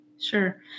Sure